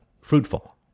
fruitful